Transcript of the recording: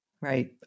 Right